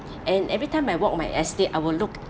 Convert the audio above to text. and every time I walk on my estate I will look